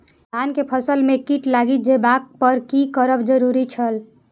धान के फसल में कीट लागि जेबाक पर की करब जरुरी छल?